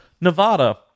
Nevada